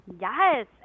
Yes